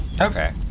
Okay